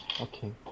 okay